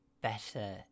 better